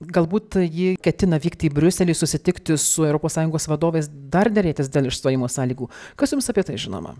galbūt ji ketina vykti į briuselį susitikti su europos sąjungos vadovais dar derėtis dėl išstojimo sąlygų kas jums apie tai žinoma